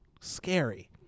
scary